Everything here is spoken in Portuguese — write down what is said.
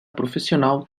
profissional